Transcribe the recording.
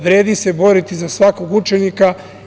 Vredi se boriti za svako učenika.